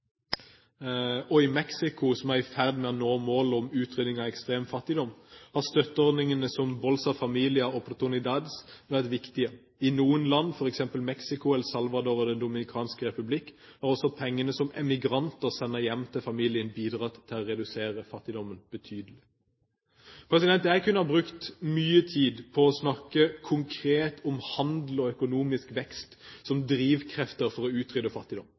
og i Mexico, som er i ferd med å nå målet om utrydding av ekstrem fattigdom, har støtteordningene som Bolsa Familia og Oportunidades vært viktige. I noen land, f.eks. i Mexico, El Salvador og Den dominikanske republikk, har også pengene som emigranter sender hjem til familien, bidratt til å redusere fattigdommen betydelig. Jeg kunne brukt mye tid på å snakke om handel og økonomisk vekst som drivkrefter for å utrydde fattigdom.